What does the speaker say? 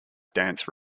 dance